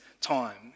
time